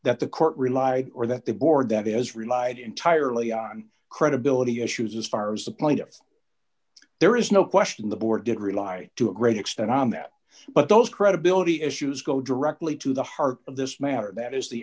that the court rely or that the board that is relied entirely on credibility issues as far as the plaintiffs there is no question the board did rely to a great extent on that but those credibility issues go directly to the heart of this matter that is the